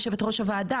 יושבת ראש הוועדה,